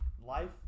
Life